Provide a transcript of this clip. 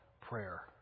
prayer